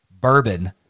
bourbon